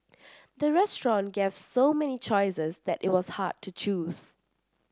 the restaurant gave so many choices that it was hard to choose